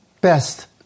best